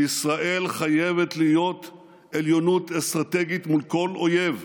לישראל חייבת להיות עליונות אסטרטגית מול כל אויב,